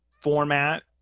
format